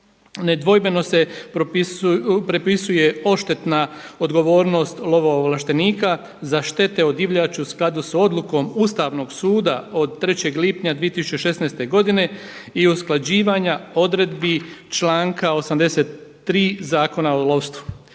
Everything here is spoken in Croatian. nedvojbeno se prepisuje odštetna odgovornost lovo ovlaštenika za štete od divljači u skladu sa odlukom Ustavnog suda od 3. lipnja 2016. godine i usklađivanja odredbi članka 83. Zakona o lovstvu.